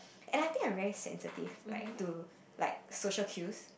and I think I really sensitive like to like social skills